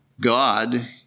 God